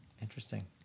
Interesting